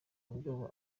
ubwoba